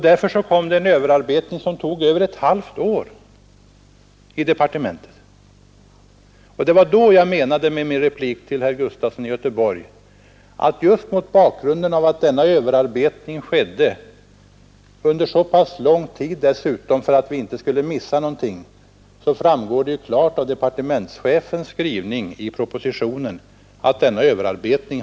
Därför gjordes det i departementet en överarbetning som tog mer än ett halvt år — vi var angelägna att inte missa någonting. Det framgår klart av departementschefens skrivning i propositionen att det skett en sådan överarbetning.